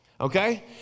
okay